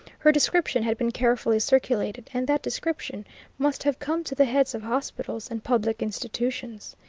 her description had been carefully circulated, and that description must have come to the heads of hospitals and public institutions.